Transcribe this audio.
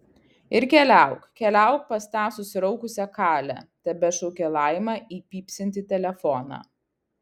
ir keliauk keliauk pas tą susiraukusią kalę tebešaukė laima į pypsintį telefoną